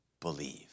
believe